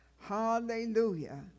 Hallelujah